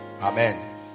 Amen